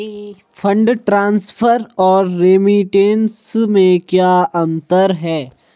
Fund transfer और remittance में क्या अंतर है?